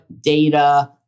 data